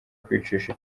kwicisha